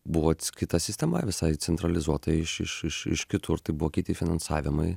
buvo atskirta sistema visai centralizuotai iš iš iš iš kitur tai buvo kiti finansavimai